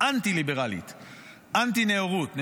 ואנטי-ליברלית ואנטי-נאורות.